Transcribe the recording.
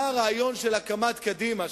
מה הרעיון של הקמת קדימה,